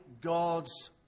God's